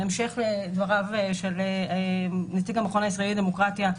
בהמשך לדבריו של נציג המכון הישראלי לדמוקרטיה,